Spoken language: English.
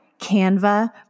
Canva